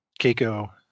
Keiko